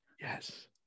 Yes